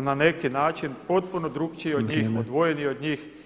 na neki način potpuno drukčije od njih, odvojeni od njih.